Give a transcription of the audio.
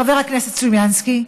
חבר הכנסת סלומינסקי,